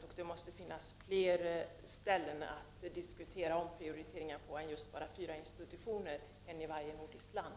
När det gäller omprioriteringar måste det finnas fler möjligheter att diskutera än just bara fyra institutioner, en i varje nordiskt land.